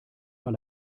man